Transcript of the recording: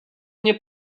мне